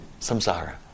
Samsara